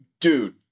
dude